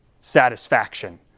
satisfaction